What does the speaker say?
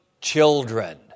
children